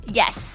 yes